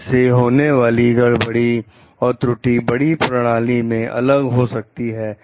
bugs से होने वाली गड़बड़ी और त्रुटि बड़ी प्रणाली में अलग हो सकती है